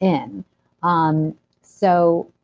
in um so